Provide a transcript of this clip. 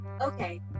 Okay